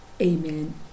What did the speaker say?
amen